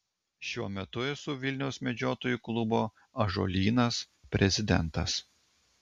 šiuo metu esu vilniaus medžiotojų klubo ąžuolynas prezidentas